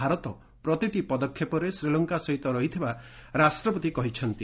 ଭାରତ ପ୍ରତିଟି ପଦକ୍ଷେପରେ ଶ୍ରୀଲଙ୍କା ସହ ରହିଥିବା ରାଷ୍ଟ୍ରପତି କହିଛନ୍ତି